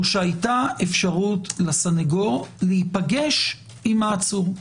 שהיתה אפשרות לסנגור להיפגש עם העצור?